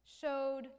showed